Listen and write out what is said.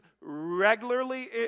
regularly